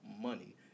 money